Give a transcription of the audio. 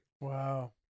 Wow